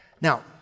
Now